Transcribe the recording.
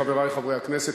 חברי חברי הכנסת,